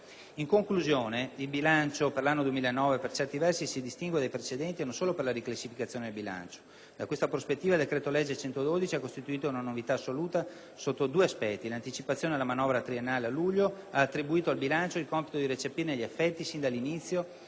In conclusione, il bilancio per l'anno 2009 per certi versi si distingue dai precedenti e non solo per la riclassificazione del bilancio. Da questa prospettiva, il decreto-legge n. 112 del 2008 ha costituito una novità assoluta sotto due aspetti. L'anticipazione della manovra triennale a luglio ha attribuito al bilancio il compito di recepirne gli effetti sin dall'inizio